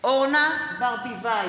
אלי אבידר,